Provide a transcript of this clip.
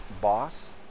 boss